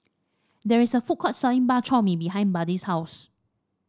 there is a food court selling Bak Chor Mee behind Buddy's house